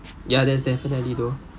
ya that's definitely though